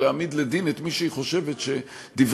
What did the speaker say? או להעמיד לדין את מי שהיא חושבת שדברי